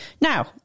Now